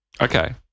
Okay